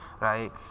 right